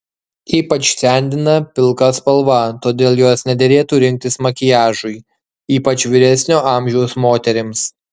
ypač sendina pilka spalva todėl jos nederėtų rinktis makiažui ypač vyresnio amžiaus moterims